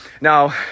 Now